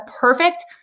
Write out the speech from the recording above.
perfect